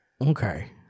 Okay